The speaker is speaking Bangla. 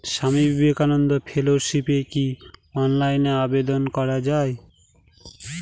স্বামী বিবেকানন্দ ফেলোশিপে কি অনলাইনে আবেদন করা য়ায়?